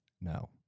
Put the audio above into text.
No